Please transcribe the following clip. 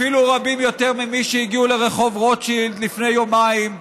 אפילו רבים יותר ממי שהגיעו לרחוב רוטשילד לפני יומיים,